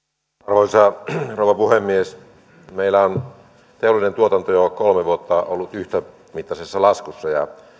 arvoisa rouva puhemies meillä on teollinen tuotanto jo kolme vuotta ollut yhtämittaisessa laskussa